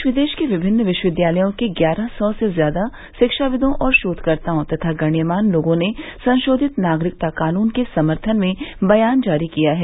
देश विदेश के विभिन्न विश्वविद्यालयों के ग्यारह सौ से ज्यादा शिक्षाविदों और शोधकर्ताओं तथा गणमान्य लोगों ने संशोधित नागरिकता कानून के समर्थन में बयान जारी किया है